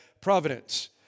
providence